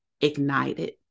ignited